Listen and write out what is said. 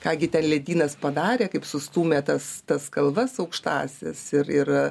ką gi ten ledynas padarė kaip sustūmė tas tas kalvas aukštąsias ir ir